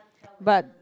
but